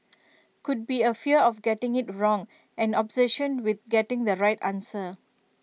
could be A fear of getting IT wrong an obsession with getting the right answer